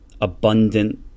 abundant